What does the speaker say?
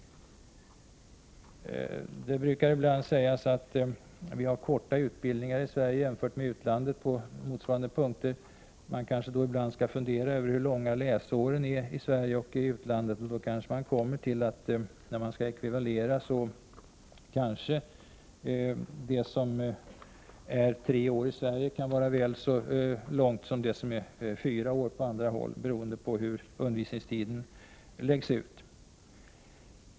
Det brukar ibland sägas att vi har korta utbildningar i Sverige jämfört med utlandet. Man kanske då skall fundera över hur långa läsåren är i Sverige. När man sedan skall ekvivalera, kanske man kommer fram till att en utbildning som är tre år i Sverige kan vara väl så lång som en utbildning som är fyra år på andra håll, beroende på hur undervisningstiden läggs ut.